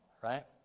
Right